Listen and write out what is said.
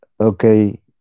Okay